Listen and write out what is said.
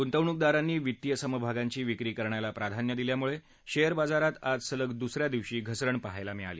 गुंतवणूकदारांनी वित्तीय समभागांची विक्री करण्याला प्राधान्य दिल्यामुळे शेअर बाजारात आज सलग दुसऱ्या दिवशी घसरण पाहायला मिळाली